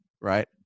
Right